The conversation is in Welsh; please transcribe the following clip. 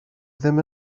ddim